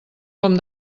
com